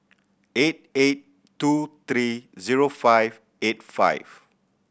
eight eight two three zero five eight five